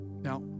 Now